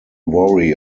worry